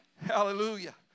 Hallelujah